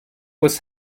was